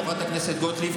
חברת הכנסת גוטליב,